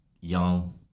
young